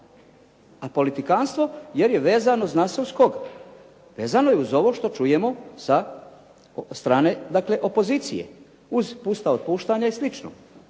A politikantstvo jer je vezano zna se uz koga. Vezano je uz ovo što čujemo sa strane dakle opozicije, uz pusta otpuštanja i